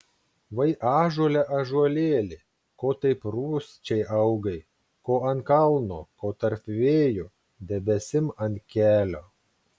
vai ąžuole ąžuolėli ko taip rūsčiai augai ko ant kalno ko tarp vėjų debesim ant kelio